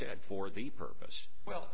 said for the purpose well